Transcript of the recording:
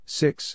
six